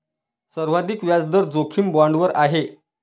सर्वाधिक व्याजदर जोखीम बाँडवर आहे